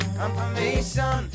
confirmation